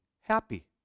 happy